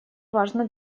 важно